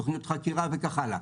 תוכניות חקירה וכך הלאה.